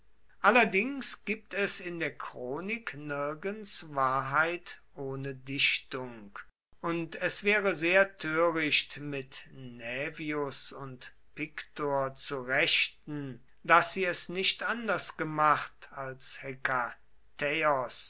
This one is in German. allerdings gibt es in der chronik nirgends wahrheit ohne dichtung und es wäre sehr töricht mit naevius und pictor zu rechten daß sie es nicht anders gemacht als